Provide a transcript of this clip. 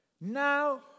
Now